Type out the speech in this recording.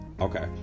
Okay